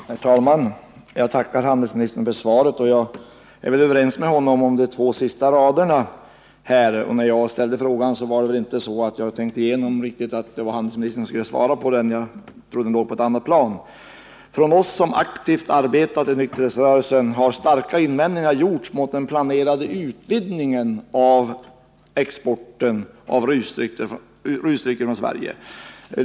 Herr talman! Jag tackar handelsministern för svaret. Jag är överens med handelsministern i fråga om de två sista raderna i svaret. När jag ställde frågan hade jag kanske inte tänkt mig att det var handelsministern som skulle svara på den — jag trodde att frågan låg på ett annat plan. Men jag vill säga att bland oss som aktivt arbetar för nykterhetsrörelsen har starka invändningar gjorts mot den planerade utvidgningen av exporten av rusdrycker från Sverige.